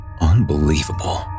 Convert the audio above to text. Unbelievable